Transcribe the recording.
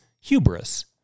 hubris